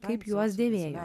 kaip juos dėvėjo